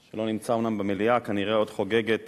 שלא נמצא אומנם במליאה, כנראה עוד חוגג את